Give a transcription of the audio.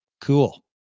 Cool